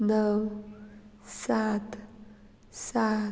णव सात सात